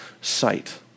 sight